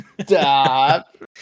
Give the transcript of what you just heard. Stop